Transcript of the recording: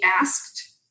asked